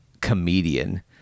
comedian